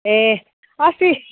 ए अस्ति